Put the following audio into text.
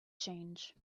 change